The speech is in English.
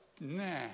nah